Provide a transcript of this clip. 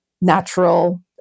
natural